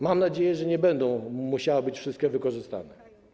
Mam nadzieję, że nie będą musiały być wszystkie wykorzystane.